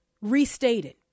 restated